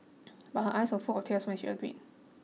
but her eyes were full of tears when she agreed